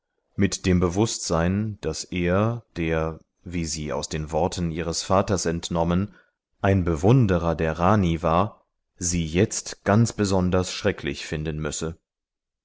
mit dem bewußtsein daß er der wie sie aus den worten ihres vaters entnommen ein bewunderer der rani war sie jetzt ganz besonders schrecklich finden müsse